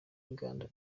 inganda